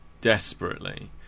desperately